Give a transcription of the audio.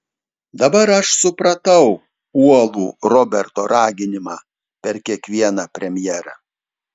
dabar aš supratau uolų roberto raginimą per kiekvieną premjerą